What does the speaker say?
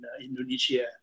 Indonesia